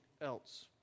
else